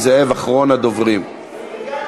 אייכלר,